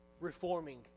reforming